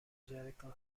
evangelical